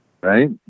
right